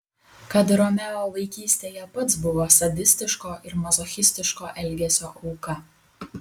kad romeo vaikystėje pats buvo sadistiško ir mazochistiško elgesio auka